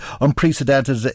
unprecedented